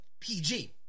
PG